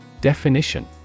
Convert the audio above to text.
Definition